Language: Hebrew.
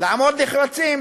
לעמוד נחרצים.